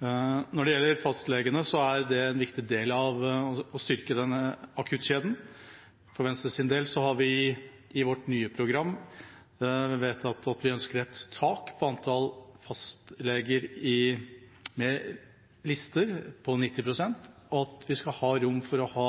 Når det gjelder fastlegene, er de en viktig del av det å styrke akuttkjeden. For Venstres del har vi i vårt nye program vedtatt at vi ønsker et tak på antall fastleger med lister, 90 pst., og at vi skal ha rom for å ha